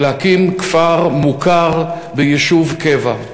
ולהקים כפר מוכר ביישוב קבע.